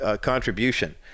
contribution